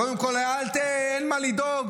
קודם כול, אין מה לדאוג.